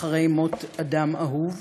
אחרי מוות אדם אהוב.